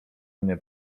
mnie